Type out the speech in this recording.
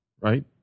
right